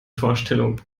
vorstellung